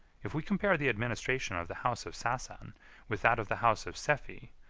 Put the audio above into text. if we compare the administration of the house of sassan with that of the house of sefi,